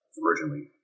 originally